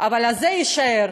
אבל זה יישאר,